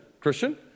Christian